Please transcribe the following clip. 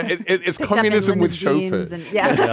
it's communism with chauffeurs and yeah,